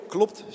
Klopt